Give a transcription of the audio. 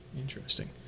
Interesting